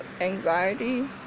anxiety